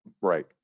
right